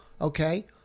Okay